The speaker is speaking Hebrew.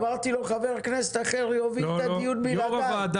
אני --- אמרתי לו: חבר כנסת אחר יוביל את הדיון בלעדי.